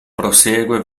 prosegue